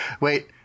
Wait